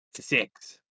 Six